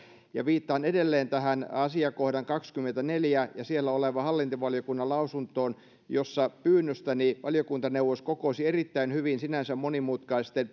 viittaan edelleen tähän asiakohtaan kaksikymmentäneljä ja siellä olevaan hallintovaliokunnan lausuntoon jossa pyynnöstäni valiokuntaneuvos kokosi erittäin hyvin sinänsä monimutkaisten